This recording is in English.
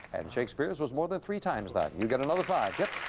and shakespeare's was more than three times that. you've got another five